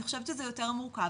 אני חושבת שזה יותר מורכב,